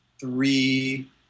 three